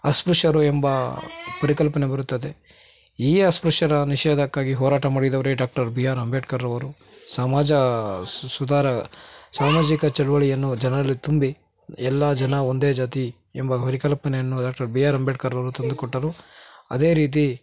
ಅಸ್ಪೃಶ್ಯರು ಎಂಬ ಪರಿಕಲ್ಪನೆ ಬರುತ್ತದೆ ಈ ಅಸ್ಪೃಶ್ಯರ ನಿಷೇಧಕ್ಕಾಗಿ ಹೋರಾಟ ಮಾಡಿದವರೇ ಡಾಕ್ಟರ್ ಬಿ ಆರ್ ಅಂಬೇಡ್ಕರ್ರವರು ಸಮಾಜ ಸುಧಾರ ಸಾಮಾಜಿಕ ಚಳುವಳಿಯನ್ನು ಜನರಲ್ಲಿ ತುಂಬಿ ಎಲ್ಲಾ ಜನ ಒಂದೇ ಜಾತಿ ಎಂಬ ಪರಿಕಲ್ಪನೆಯನ್ನು ಡಾಕ್ಟರ್ ಬಿ ಆರ್ ಅಂಬೇಡ್ಕರ್ರವರು ತಂದುಕೊಟ್ಟರು ಅದೇ ರೀತಿ